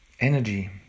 energy